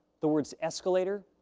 the words escalator,